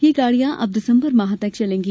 ये गाड़ियां अब दिसम्बर माह तक चलेगी